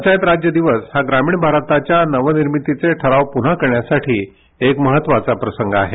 पंचायत राज्य दिवस हा ग्रामीण भारताच्या नवनिर्मितीचे ठराव पन्हा करण्यासाठी एक महत्वाया प्रसंग आहे